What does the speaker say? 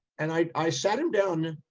and i, i sat him down,